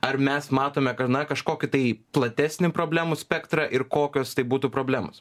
ar mes matome kad na kažkokį tai platesnį problemų spektrą ir kokios tai būtų problemos